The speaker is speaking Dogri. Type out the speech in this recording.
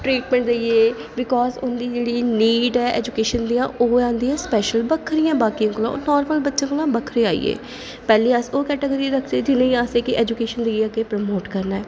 ट्रीटमेंट देइयै बीकॉज उं'दी जेह्ड़ी नीड ऐ ऐजूकेशन दियां ओह् आंदियां स्पेशल ओह् बक्ख ऐ बाकियें कोला ओह् नॉर्मल बच्चे कोला बक्खरे आई गे पैह्ली अस ओह् कैटेगरी रक्खचै की जि'नेंगी असें ऐजूकेशन देइयै अग्गें प्रमोट करना ऐ